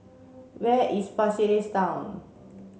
where is Pasir Ris Town